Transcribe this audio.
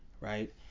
right